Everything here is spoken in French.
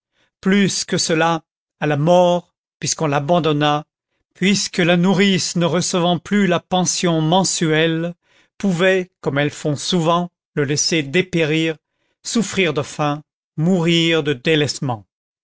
plus que cela à la mort puisqu'on l'abandonna puisque la nourrice ne recevant plus la pension mensuelle pouvait comme elles font souvent le laisser dépérir souffrir de faim mourir de délaissement